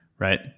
Right